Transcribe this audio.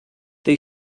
they